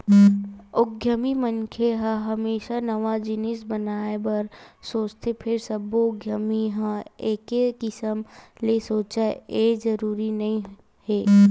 उद्यमी मनखे ह हमेसा नवा जिनिस बनाए बर सोचथे फेर सब्बो उद्यमी ह एके किसम ले सोचय ए जरूरी नइ हे